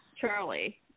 Charlie